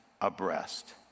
abreast